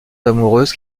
amoureuses